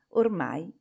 ormai